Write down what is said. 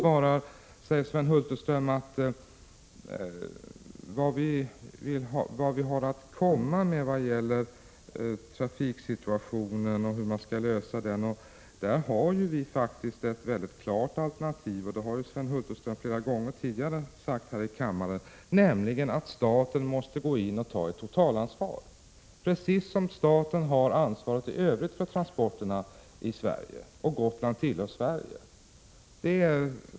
När det gäller frågan om hur man skall lösa trafiksituationen för Gotland har vi ett mycket klart alternativ. Sven Hulterström har också många gånger här i kammaren sagt att staten måste gå in och ta ett totalansvar, precis som staten har ansvar för transporterna i övrigt i Sverige. Gotland tillhör Sverige.